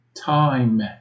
time